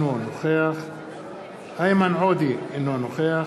אינו נוכח איימן עודה,